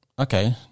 okay